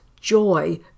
joy